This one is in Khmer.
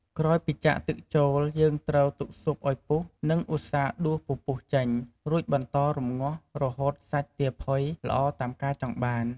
ក្រោយពីចាក់់ទឹកចូល យើងត្រូវទុកស៊ុបឱ្យពុះ និង ឧស្សាហ៍ដួសពពុះចេញ រួចបន្តរំងាស់រហូតសាច់ទាផុយល្អតាមការចង់បាន។